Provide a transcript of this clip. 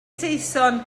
saeson